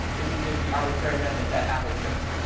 this is just the arbitrary method that apple chose.